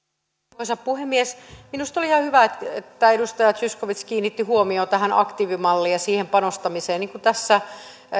arvoisa puhemies minusta oli ihan hyvä että edustaja zyskowicz kiinnitti huomiota tähän aktiivimalliin ja siihen panostamiseen niin kuin tässä